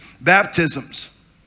Baptisms